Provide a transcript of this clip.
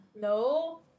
No